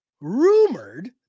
rumored